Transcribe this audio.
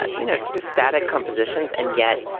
ah you know, sort of static compositions and yet.